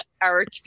Art